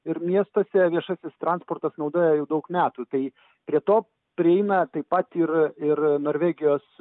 ir miestuose viešasis transportas naudoja jau daug metų tai prie to prieina taip pat ir ir norvegijos